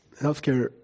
Healthcare